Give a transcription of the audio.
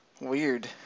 weird